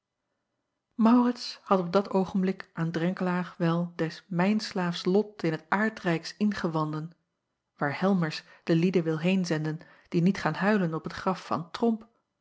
aurits had op dat oogenblik aan renkelaer wel des mijnslaafs lot in s aardrijks ingewanden waar elmers de lieden wil heenzenden die niet gaan huilen op het graf van romp